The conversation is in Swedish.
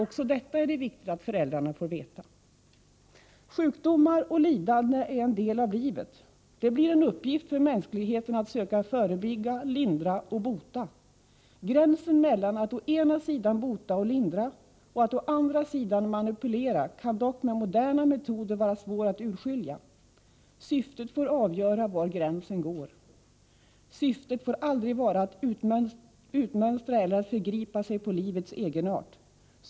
Också detta är det viktigt att föräldrarna får veta. Sjukdomar och lidande är en del av livet. Det blir en uppgift för mänskligheten att söka förebygga, lindra och bota. Gränsen mellan att å ena sidan bota och lindra och att å andra sidan manipulera kan dock med moderna metoder vara svår att urskilja. Syftet får avgöra var gränsen går. Syftet får aldrig vara att utmönstra eller att förgripa sig på livets egenart.